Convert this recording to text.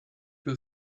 you